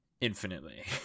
infinitely